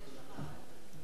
בבקשה.